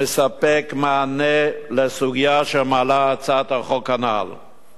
מספק מענה לסוגיה שהצעת החוק הנ"ל מעלה.